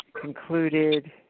concluded